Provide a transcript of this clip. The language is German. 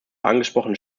angesprochenen